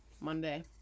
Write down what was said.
Monday